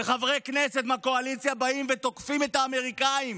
וחברי כנסת מהקואליציה באים ותוקפים את האמריקאים